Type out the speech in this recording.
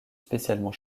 spécialement